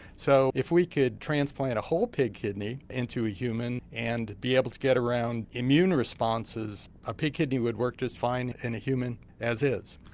so if we could transplant a whole pig kidney into a human and be able to get around immune responses, a pig kidney would work just fine in a human as is.